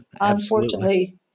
unfortunately